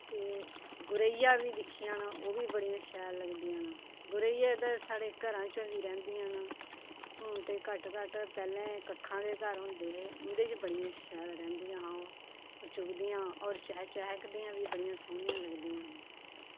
ते गोरैया बी दिक्खियां न ओह् बी बड़ियां शैल लगदियां न गोरैया ते साढ़े घरां च बी रैंह्दियां न हून ते घट्ट घट्ट पैह्लें कक्खा दे घर होंदे हे उं'दे च बड़ियां शैल रैंह्दियां हां ओह् चुगदियां और चैह् चैह्कदियां बी बड़ियां सोह्नियां लगदियां